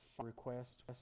request